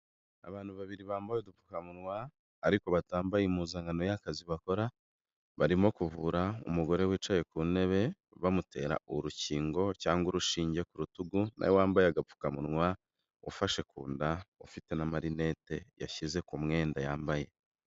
Abantu babiri bambaye udupfukamuwa ariko batambaye impuzankano y'akazi bakora barimo kuvura umugore wicaye ku ntebe bamutera urukingo cyangwa urushinge ku rutugu na we wambaye agapfukamunwa ufashe ku nda ufite n'amarinete yashyize ku mwenda yambaye.